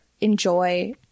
enjoy